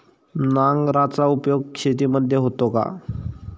नांगराचा उपयोग शेतीमध्ये होतो का?